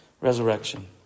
resurrection